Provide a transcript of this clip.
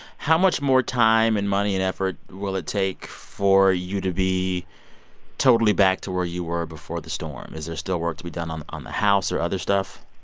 how much more time and money and effort will it take for you to be totally back to where you were before the storm? is there still work to be done on on the house or other stuff?